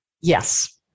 Yes